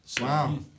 wow